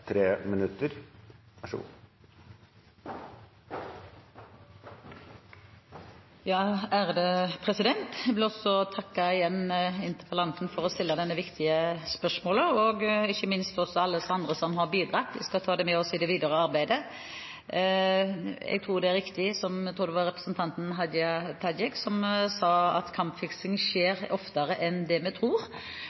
ikke minst, også alle andre som har bidratt. Jeg skal ta det med meg i det videre arbeidet. Jeg tror det er riktig, det som representanten Hadia Tajik – tror jeg det var – sa, at kampfiksing skjer